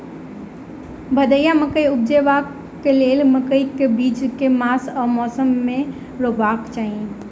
भदैया मकई उपजेबाक लेल मकई केँ बीज केँ मास आ मौसम मे रोपबाक चाहि?